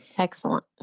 excellent.